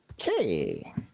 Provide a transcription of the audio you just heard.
Okay